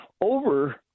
over